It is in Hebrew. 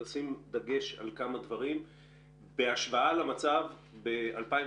אני רוצה לשים דגש על כמה דברים בהשוואה למצב ב-2016,